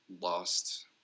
lost